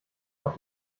auf